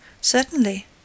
Certainly